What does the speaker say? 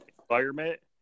environment